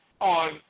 on